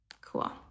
Cool